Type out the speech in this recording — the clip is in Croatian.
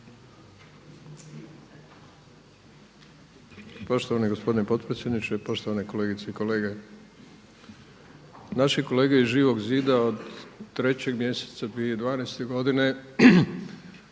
Poštovani gospodine potpredsjedniče, poštovane kolegice i kolege. Naši kolege iz Živog zida od trećeg mjeseca 2012. godine